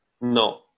No